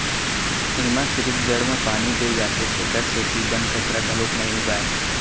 एमा सिरिफ जड़ म पानी दे जाथे तेखर सेती बन कचरा घलोक नइ उगय